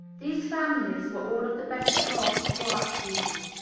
these families were all of the better class of work people,